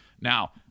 Now